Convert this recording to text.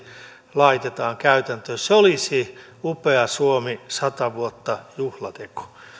laitetaan käytäntöön se olisi upea suomi sata vuotta juhlateko arvoisa puhemies